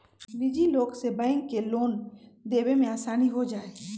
निजी लोग से बैंक के लोन देवे में आसानी हो जाहई